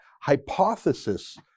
hypothesis